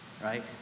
right